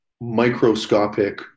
microscopic